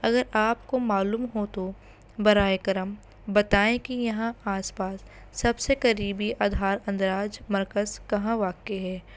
اگر آپ کو معلوم ہو تو براہ کرم بتائیں کہ یہاں آس پاس سب سے قریبی آدھار اندراج مرکز کہاں واقع ہے